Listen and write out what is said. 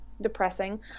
depressing